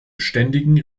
ständigen